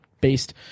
based